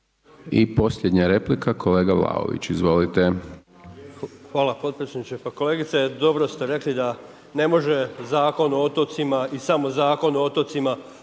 I posljednja replika kolega Vlaović. **Vlaović, Davor (HSS)** Hvala potpredsjedniče. Pa kolegice dobro ste rekli da ne može zakon o otocima i samo zakon o otocima